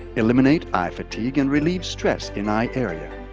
eliminate eye fatigue and relieve stress in eye area.